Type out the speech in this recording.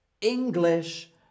English